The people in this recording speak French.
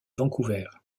vancouver